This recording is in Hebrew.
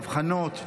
אבחנות,